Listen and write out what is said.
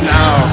now